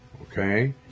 Okay